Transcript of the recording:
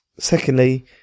Secondly